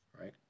Right